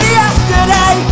yesterday